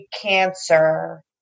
cancer